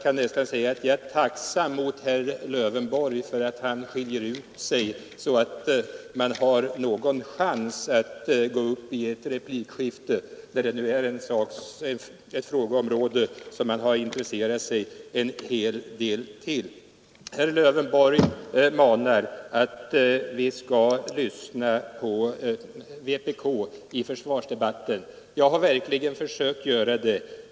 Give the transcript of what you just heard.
Herr Lövenborg manar oss att lyssna på vpk i försvarsdebatten. Jag har verkligen försökt att göra det.